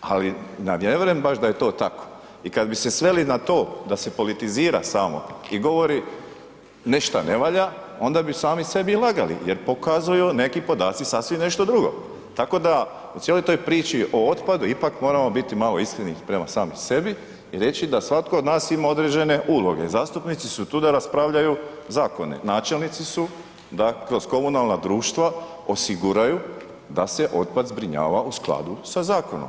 ali ja ne vjerujem baš da je to tako i kad bi se sveli na to da se politizira samo i govori nešta ne valja, onda bi sami sebi i lagali jer pokazuju neki podaci sasvim nešto drugo, tako da u cijeloj toj priči o otpadu ipak moramo biti malo iskreni prema samim sebi i reći da svatko od nas ima određene uloge, zastupnici su tu da raspravljaju zakone, načelnici su da kroz komunalna društva osiguraju da se otpad zbrinjava u skladu sa zakonom.